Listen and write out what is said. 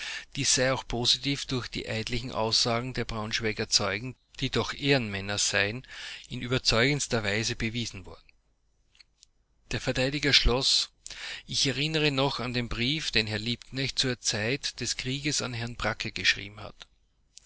dies sei auch positiv durch die eidlichen aussagen der braunschweiger zeugen die doch ehrenmänner seien in überzeugendster weise bewiesen worden der verteidiger schloß ich erinnere noch an den brief den herr liebknecht zur zeit des krieges an herrn bracke geschrieben hat